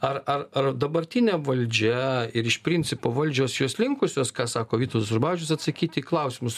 ar ar ar dabartinė valdžia ir iš principo valdžios jos linkusios ką sako vytautas rabačius atsakyti į klausimus